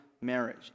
marriage